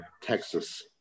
texas